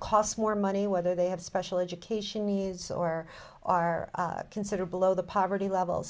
cost more money whether they have special education needs or are considered blow the poverty level